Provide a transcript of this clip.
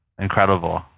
incredible